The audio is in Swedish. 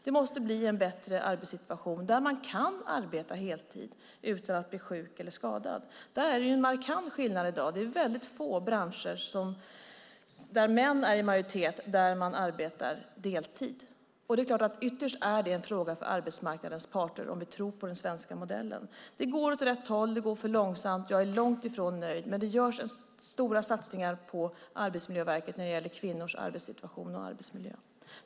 Det måste bli en bättre arbetssituation där man kan arbeta heltid utan att bli sjuk eller skadad. Här är det en markant skillnad; i få branscher där män är i majoritet arbetar man deltid. Ytterst är det en fråga för arbetsmarknadens parter om vi tror på den svenska modellen. Det går åt rätt håll, men det går för långsamt. Jag är långt ifrån nöjd. Det görs dock stora satsningar på Arbetsmiljöverket när det gäller kvinnors arbetssituation och arbetsmiljö.